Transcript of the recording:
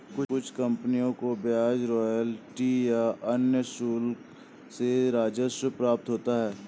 कुछ कंपनियों को ब्याज रॉयल्टी या अन्य शुल्क से राजस्व प्राप्त होता है